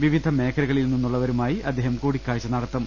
വിവിധ മേഖലകളിൽ നിന്നുള്ളവ രുമായി അദ്ദേഹം കൂടിക്കാഴ്ച നടത്തും